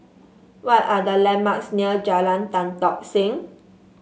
what are the landmarks near Jalan Tan Tock Seng